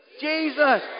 Jesus